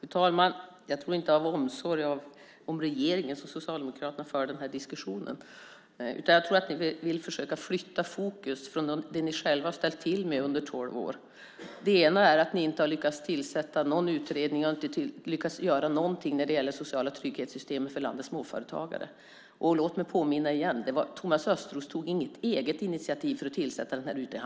Fru talman! Jag tror inte att det är av omsorg om regeringen som Socialdemokraterna för den här diskussionen. Jag tror att de vill försöka flytta fokus från det ni själva har ställt till med under tolv år. Det ena är att ni inte har lyckats tillsätta någon utredning, och ni har inte lyckats göra någonting när det gäller de sociala trygghetssystem för landets småföretagare. Låt mig påminna igen om att Thomas Östros inte tog något eget initiativ till att tillsätta en utredning.